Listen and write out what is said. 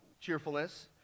cheerfulness